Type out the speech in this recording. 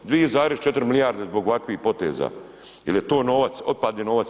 2,4 milijarde zbog ovakvih poteza jer je to novac, otpadni novac.